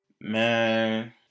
man